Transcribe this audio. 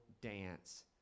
dance